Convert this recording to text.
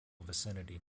vicinity